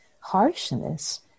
harshness